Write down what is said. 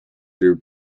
their